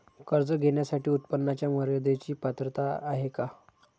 कर्ज घेण्यासाठी उत्पन्नाच्या मर्यदेची पात्रता आहे का?